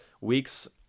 Weeks